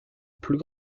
plus